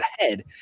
ahead